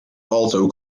also